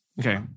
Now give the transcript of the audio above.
okay